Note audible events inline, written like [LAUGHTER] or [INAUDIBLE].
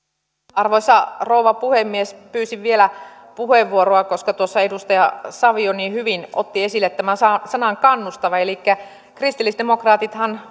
arvoisa rouva puhemies pyysin vielä puheenvuoroa koska tuossa edustaja savio niin hyvin otti esille tämän sanan kannustava elikkä kristillisdemokraatithan [UNINTELLIGIBLE]